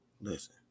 Listen